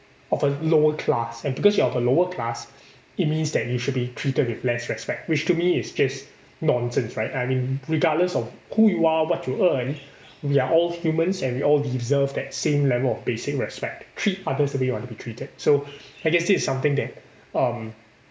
of a lower class and because you are of a lower class it means that you should be treated with less respect which to me is just nonsense right I mean regardless of who you are what you earn we are all humans and we all deserve that same level of basic respect treat others the way you want to be treated so I guess this is something that um